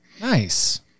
nice